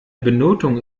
benotung